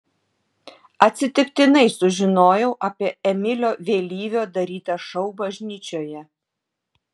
atsitiktinai sužinojau apie emilio vėlyvio darytą šou bažnyčioje